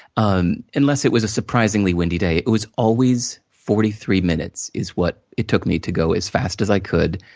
um unless it was a surprisingly windy day, it was always about forty three minutes, is what it took me to go as fast as i could,